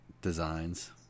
designs